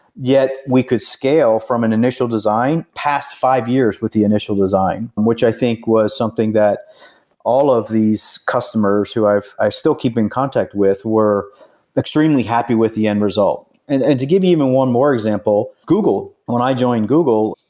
yet, we could scale from an initial design past five years with the initial design, and which i think was something that all of these customers who i've still keep in contact with were extremely happy with the end result and to give even one more example, google, when i joined google,